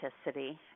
authenticity